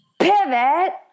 pivot